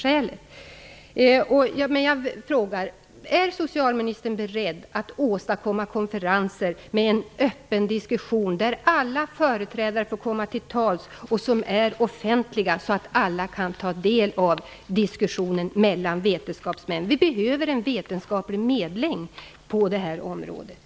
Jag vill fråga: Är socialministern beredd att åstadkomma konferenser med en öppen diskussion, där alla företrädare får komma till tals och som är offentliga, så att alla kan ta del av diskussionen mellan vetenskapsmännen? Vi behöver en vetenskaplig medling på det här området.